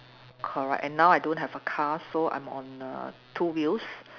correct and now I don't have a car so I'm on err two wheels